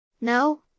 No